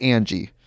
Angie